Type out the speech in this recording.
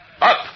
Up